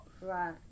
Right